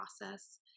process